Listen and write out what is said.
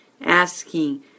asking